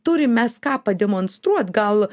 turim mes ką pademonstruot gal